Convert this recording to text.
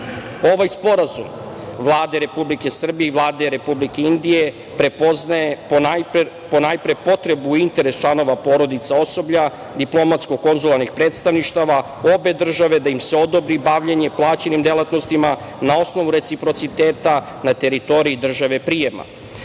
sporazum Vlade Republike Srbije i Vlade Republike Indije prepoznaje po najpre potrebu i interes članova porodica osoblja diplomatsko konzularnih predstavništava obe države da im se odobri bavljenje plaćenim delatnostima na osnovu reciprociteta na teritoriji države prijema.